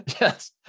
Yes